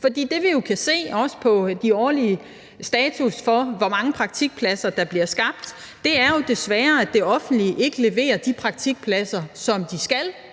For det, vi kan se, også på de årlige statusser for, hvor mange praktikpladser der bliver skabt, er jo desværre, at det offentlige ikke leverer de praktikpladser, som de skal,